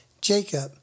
Jacob